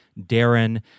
Darren